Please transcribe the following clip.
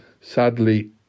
Sadly